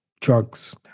drugs